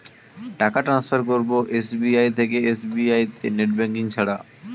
টাকা টান্সফার করব এস.বি.আই থেকে এস.বি.আই তে নেট ব্যাঙ্কিং ছাড়া?